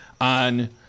on